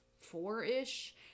four-ish